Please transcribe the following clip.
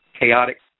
chaotic